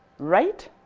right?